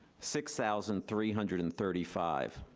six thousand three hundred and thirty five.